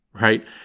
right